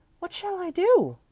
what shall i do?